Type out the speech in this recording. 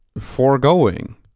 foregoing